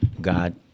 God